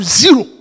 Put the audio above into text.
zero